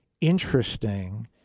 interesting